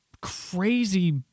crazy